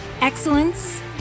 excellence